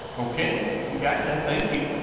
okay gotcha thank you.